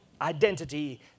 identity